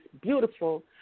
beautiful